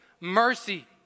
mercy